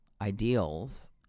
ideals